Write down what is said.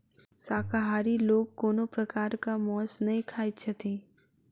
शाकाहारी लोक कोनो प्रकारक मौंस नै खाइत छथि